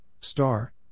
star